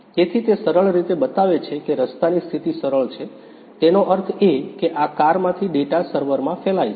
તેથી તે સરળ રીતે બતાવે છે કે રસ્તાની સ્થિતિ સરળ છે તેનો અર્થ એ કે આ કારમાંથી ડેટા સર્વરમાં ફેલાય છે